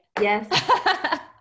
Yes